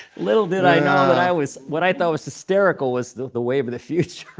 little did i know that i was what i thought was hysterical was the the wave of the future.